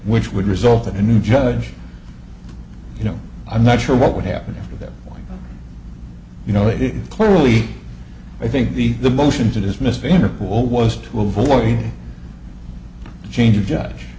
which would result in a new judge you know i'm not sure what would happen after that point you know it clearly i think the the motion to dismiss favorable was to avoid a change of j